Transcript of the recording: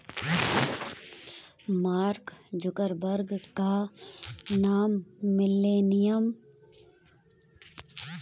mark Zuckerberg का नाम millennial उद्यमिता से जोड़कर देखा जाता है